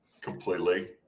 completely